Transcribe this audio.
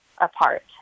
apart